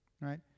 right